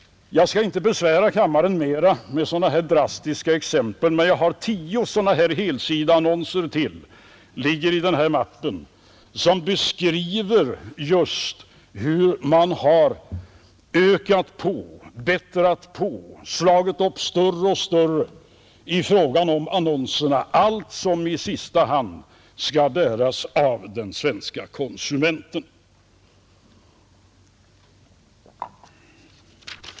Jag skall inte besvära kammaren mera med sådana här drastiska exempel, men jag har tio helsidesannonser till liggande i en mapp. Där beskrivs just hur man har ökat på, bättrat på, slagit upp större och större i fråga om annonserna, allt som i sista hand skall bäras av den svenska konsumenten.